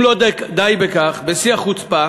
אם לא די בכך, בשיא החוצפה